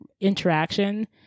interaction